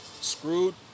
Screwed